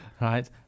Right